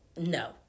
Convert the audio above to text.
No